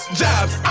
jobs